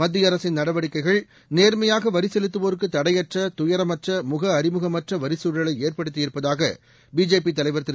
மத்திய அரசின் நடவடிக்கைகள் நேர்மையாக வரி செலுத்துவோருக்கு தடையற்ற துயரமற்ற முக அறிமுகமற்ற வரிச்சூழலை ஏற்படுத்தியிருப்பதாக பிஜேபி தலைவர் திரு